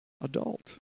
adult